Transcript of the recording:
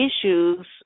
issues